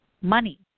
Money